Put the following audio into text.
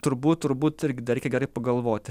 turbūt turbūt irgi dar reikia gerai pagalvoti